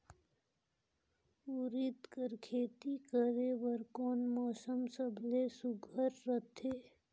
उरीद कर खेती करे बर कोन मौसम सबले सुघ्घर रहथे?